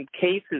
cases